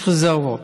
יש רזרבות,